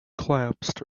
collapsed